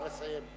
לסיים.